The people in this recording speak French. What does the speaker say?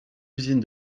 usine